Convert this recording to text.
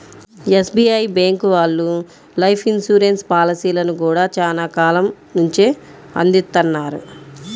SBI bank వాళ్ళు life insurance పాలసీలను గూడా చానా కాలం నుంచే అందిత్తన్నారు